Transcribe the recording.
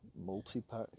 multi-pack